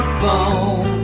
phone